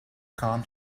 can’t